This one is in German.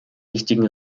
wichtigen